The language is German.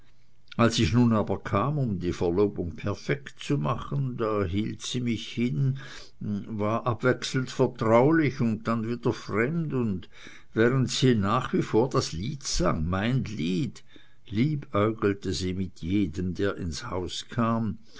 als ich nun aber kam um die verlobung perfekt zu machen da hielt sie mich hin war abwechselnd vertraulich und dann wieder fremd und während sie nach wie vor das lied sang mein lied liebäugelte sie mit jedem der ins haus kam